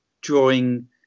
drawing